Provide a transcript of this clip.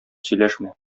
сөйләшмә